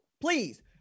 please